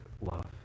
love